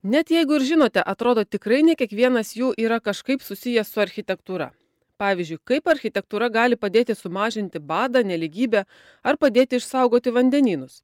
net jeigu ir žinote atrodo tikrai ne kiekvienas jų yra kažkaip susijęs su architektūra pavyzdžiui kaip architektūra gali padėti sumažinti badą nelygybę ar padėti išsaugoti vandenynus